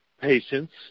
patients